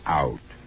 out